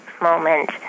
moment